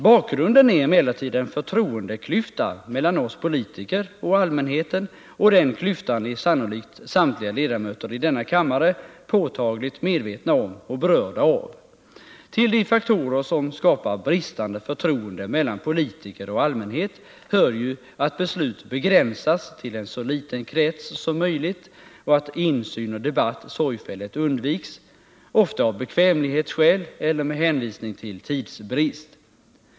Bakgrunden är emellertid en förtroendeklyfta mellan oss politiker och allmänheten, och den klyftan är sannolikt samtliga ledamöter av denna kammare påtagligt medvetna om och berörda av. Till de faktorer som skapar bristande förtroende mellan politiker och allmänhet hör ju att beslut begränsas till en så liten krets som möjligt och att insyn och debatt sorgfälligt undviks — ofta av bekvämlighetsskäl eller med hänvisning till tidsbrist.